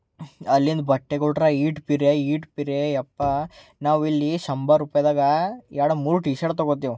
ಅಲ್ಲಿಂದ ಬಟ್ಟೆಗಳರೆ ಇಷ್ಟು ಪಿರಿಯ ಇಷ್ಟು ಪಿರಿಯ ಅಪ್ಪಾ ನಾವು ಇಲ್ಲಿ ಶಂಬರ ರೂಪಾಯಿಯಾಗೆ ಎರಡು ಮೂರು ಟಿ ಶರ್ಟ್ ತೊಗೋತೀವಿ